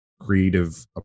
creative